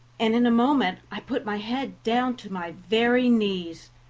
and in a moment i put my head down to my very knees.